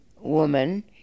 woman